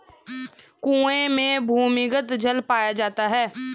कुएं में भूमिगत जल पाया जाता है